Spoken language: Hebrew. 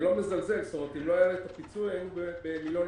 אם לא היה לי את הפיצוי היינו בהפסד